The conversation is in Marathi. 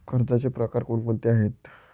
कर्जाचे प्रकार कोणकोणते आहेत?